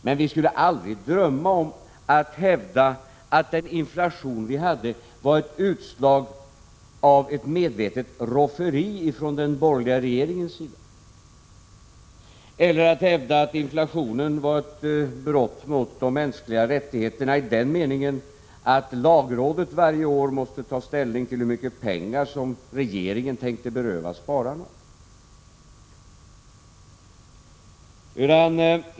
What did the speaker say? Men vi skulle aldrig drömma om att hävda att den inflation vi hade var utslag av ett medvetet rofferi från den borgerliga regeringens sida eller hävda att inflationen var ett brott mot de mänskliga rättigheterna i den meningen att lagrådet varje år måste ta ställning till hur mycket pengar som regeringen tänkte beröva spararna.